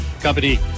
Company